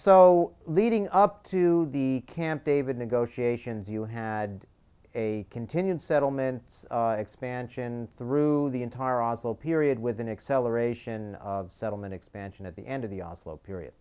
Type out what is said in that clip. so leading up to the camp david negotiations you had a continued settlement expansion through the entire oslo period with an acceleration of settlement expansion at the end of the oslo period